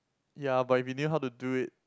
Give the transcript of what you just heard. ya but if you knew how to do it